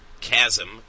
chasm